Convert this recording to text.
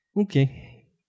Okay